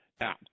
Now